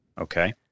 Okay